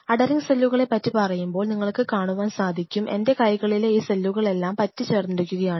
adhering സെല്ലുകളെ പറ്റി പറയുമ്പോൾ നിങ്ങൾക്ക് കാണുവാൻ സാധിക്കും എൻറെ കൈകളിലെ ഈ സെല്ലുകളെല്ലാം പറ്റി ചേർന്നിരിക്കുകയാണ്